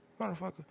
Motherfucker